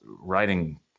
writing